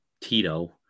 tito